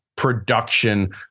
production